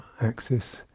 axis